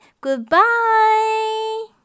Goodbye